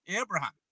Abraham